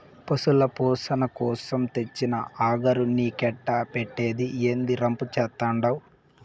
పశుల పోసణ కోసరం తెచ్చిన అగరు నీకెట్టా పెట్టేది, ఏందీ రంపు చేత్తండావు